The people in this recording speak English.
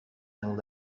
and